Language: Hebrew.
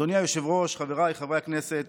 אדוני היושב-ראש, חבריי חברי הכנסת,